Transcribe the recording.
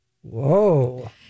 Whoa